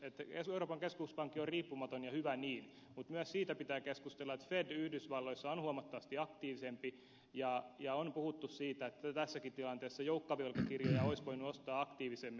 jos euroopan keskuspankki on riippumaton ja hyvä niin mutta myös siitä pitää keskustella että fed yhdysvalloissa on huomattavasti aktiivisempi ja on puhuttu siitä että tässäkin tilanteessa joukkovelkakirjoja olisi voinut ostaa aktiivisemmin